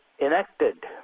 enacted